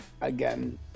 again